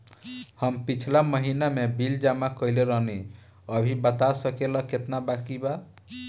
हम पिछला महीना में बिल जमा कइले रनि अभी बता सकेला केतना बाकि बा?